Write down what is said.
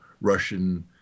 Russian